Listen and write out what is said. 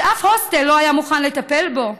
שאף הוסטל לא היה מוכן לטפל בו,